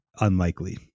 unlikely